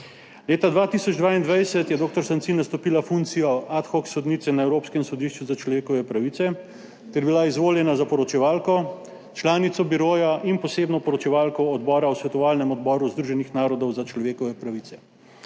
Leta 2022 je dr. Sancin nastopila funkcijo ad hoc sodnice na Evropskem sodišču za človekove pravice ter bila izvoljena za poročevalko, članico biroja in posebno poročevalko odbora v svetovalnem odboru Združenih narodov za človekove pravice.